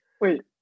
wait